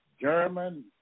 German